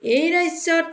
এই ৰাজ্যত